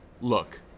Look